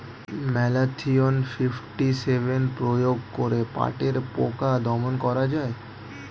Malathion fifty seven প্রয়োগ করে পাটের পোকা দমন করা যায়?